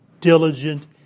diligent